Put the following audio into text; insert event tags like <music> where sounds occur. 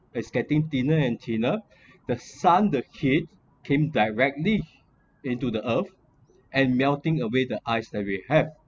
as getting thinner and thinner <breath> the sun the heat came directly into the earth and melting away the ice that we have